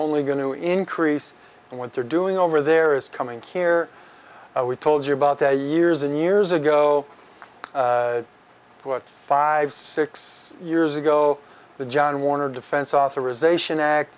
only going to increase and what they're doing over there is coming here we told you about that years and years ago what five six years ago the john warner defense authorization act